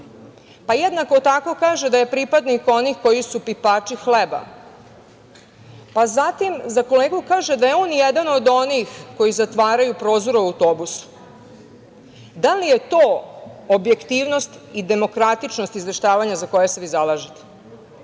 pa jednako tako kaže da je pripadnik onih koji su pipači hleba, pa zatim za kolegu kaže da je on jedan od onih koji zatvaraju prozor u autobusu. Da li je to objektivnost i demokratičnost izveštavanja za koje se vi zalažete?